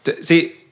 See